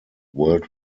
world